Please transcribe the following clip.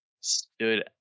stood